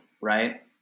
right